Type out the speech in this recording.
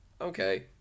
Okay